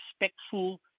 respectful